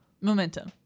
Momentum